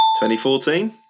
2014